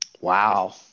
Wow